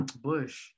Bush